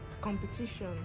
competition